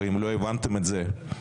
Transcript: ואם לא הבנתם את זה הלילה,